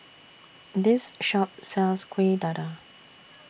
This Shop sells Kuih Dadar